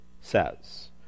says